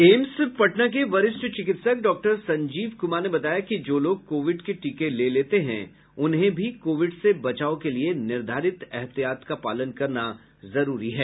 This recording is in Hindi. एम्स पटना के वरिष्ठ चिकित्सक डॉक्टर संजीव कुमार ने बताया कि जो लोग कोविड के टीके ले लेते हैं उन्हें भी कोविड से बचाव के लिये निर्धारित एहतियात का पालन करना जरूरी है